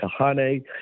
Kahane